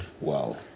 Wow